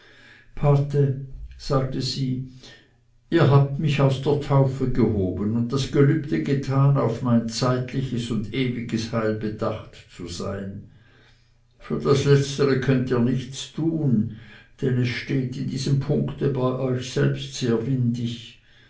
pate sagte sie ihr habt mich aus der taufe gehoben und das gelübde getan auf mein zeitliches und ewiges heil bedacht zu sein für das letztere könnet ihr nichts tun denn es steht in diesem punkte bei euch selbst sehr windig